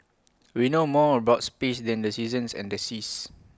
we know more about space than the seasons and the seas